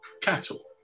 cattle